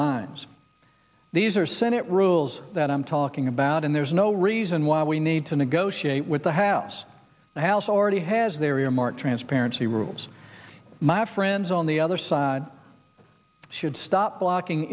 minds these are senate rules that i'm talking about and there's no reason why we need to negotiate with the house the house already has their earmark transparency rules my friends on the other side should stop blocking